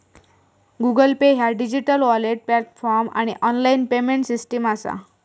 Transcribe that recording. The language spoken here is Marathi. गुगल पे ह्या डिजिटल वॉलेट प्लॅटफॉर्म आणि ऑनलाइन पेमेंट सिस्टम असा